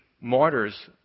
martyrs